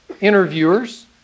interviewers